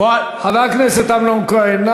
חבר הכנסת אמנון כהן,